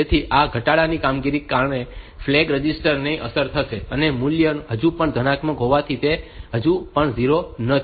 તેથી આ ઘટાડાની કામગીરીને કારણે ફ્લેગ રજીસ્ટર ને અસર થશે અને મૂલ્ય હજુ પણ ધનાત્મક હોવાથી તે હજુ પણ 0 નથી